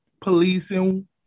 policing